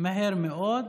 מהר מאוד.